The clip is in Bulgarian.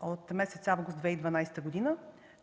от месец август 2012 г.